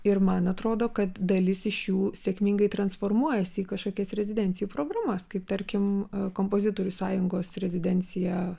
ir man neatrodo kad dalis iš jų sėkmingai transformuojasi į kažkokias rezidencijų programas kaip tarkim kompozitorių sąjungos rezidencija